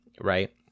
right